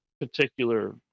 particular